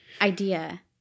idea